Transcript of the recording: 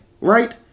right